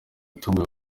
imitungo